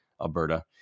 Alberta